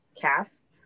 cast